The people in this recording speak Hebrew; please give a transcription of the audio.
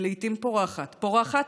ולעתים פורחת,